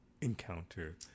encounter